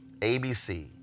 ABC